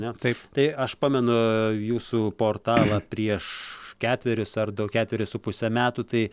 na taip tai aš pamenu jūsų portalą prieš ketverius ar dau ketverius su puse metų tai